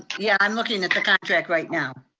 yeah, i'm looking at the contract right now.